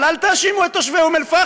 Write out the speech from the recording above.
אבל אל תאשימו את תושבי אום אלפחם,